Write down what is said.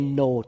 no